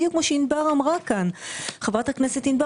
בדיוק כמו שאמרה כאן חברת הכנסת ענבר